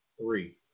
Three